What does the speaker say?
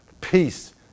Peace